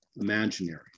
imaginary